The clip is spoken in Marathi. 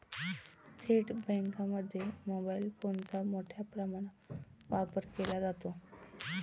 थेट बँकांमध्ये मोबाईल फोनचा मोठ्या प्रमाणावर वापर केला जातो